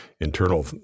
internal